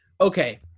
okay